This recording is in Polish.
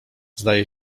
zdaje